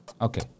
Okay